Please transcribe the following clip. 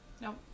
No